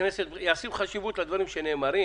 הכנסת מייחסים חשיבות לדברים שנאמרים,